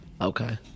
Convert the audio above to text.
Okay